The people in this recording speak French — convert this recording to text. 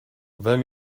vingt